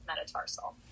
metatarsal